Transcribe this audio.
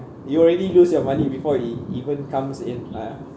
you already use your money before it even comes in ya